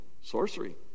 sorcery